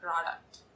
product